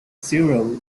zero